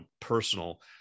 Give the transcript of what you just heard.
personal